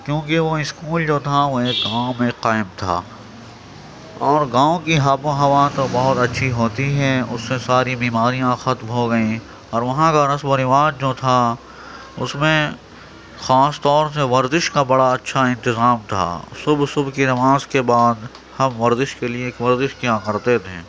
کیوںکہ وہ اسکول جو تھا وہ ایک گاؤں میں قائم تھا اور گاؤں کی آب و ہَوا تو بہت اچھی ہوتی ہیں اُس سے ساری بیماریاں ختم ہو گئیں اور وہاں کا رسم و رواج جو تھا اُس میں خاص طور سے ورزش کا بڑا اچھا انتظام تھا صُبح صُبح کی نماز کے بعد ہم ورزش کے لیے ورزش کیا کرتے تھے